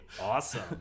awesome